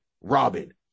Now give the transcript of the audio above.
Robin